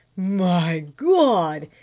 my god!